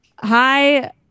Hi